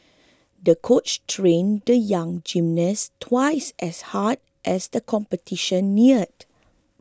the coach trained the young gymnast twice as hard as the competition neared